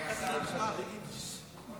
הטמטום והטיפשות זה